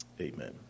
amen